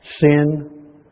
sin